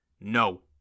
No